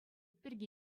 пирки